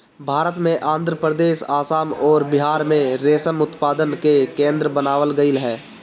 भारत में आंध्रप्रदेश, आसाम अउरी बिहार में रेशम उत्पादन के केंद्र बनावल गईल ह